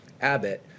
Abbott